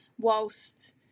whilst